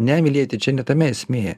nemylėti čia ne tame esmė